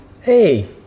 Hey